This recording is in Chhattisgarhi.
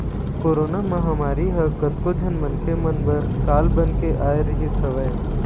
कोरोना महामारी ह कतको झन मनखे मन बर काल बन के आय रिहिस हवय